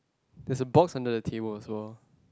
there is a box under the table as well